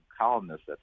columnists